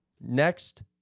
next